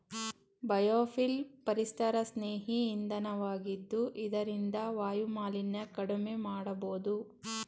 biofuel ಪರಿಸರಸ್ನೇಹಿ ಇಂಧನ ವಾಗಿದ್ದು ಇದರಿಂದ ವಾಯುಮಾಲಿನ್ಯ ಕಡಿಮೆ ಮಾಡಬೋದು